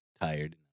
tired